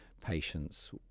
patients